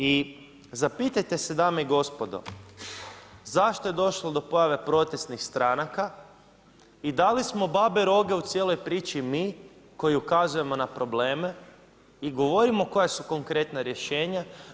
I zapitajte se dame i gospodo, zašto je došlo do pojave protestnih stranaka i da li smo babe roge u cijeloj priči mi koji ukazujemo na probleme i govorimo koja su konkretna rješenja.